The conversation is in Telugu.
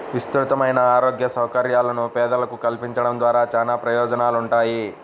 విస్తృతమైన ఆరోగ్య సౌకర్యాలను పేదలకు కల్పించడం ద్వారా చానా ప్రయోజనాలుంటాయి